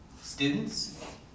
Students